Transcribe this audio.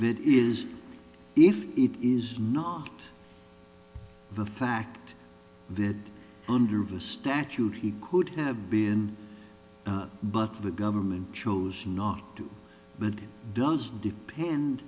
that is if it is not the fact that under the statute he could have been but the government chose not to but it does depend